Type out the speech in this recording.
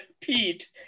pete